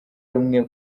rumwe